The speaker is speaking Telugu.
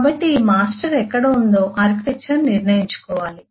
కాబట్టి ఈ మాస్టర్ ఎక్కడ ఉందో ఆర్కిటెక్చర్ నిర్ణయించుకోవాలి